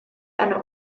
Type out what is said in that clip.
einer